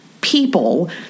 people